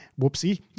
whoopsie